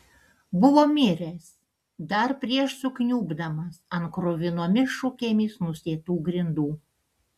buvo miręs dar prieš sukniubdamas ant kruvinomis šukėmis nusėtų grindų